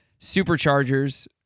superchargers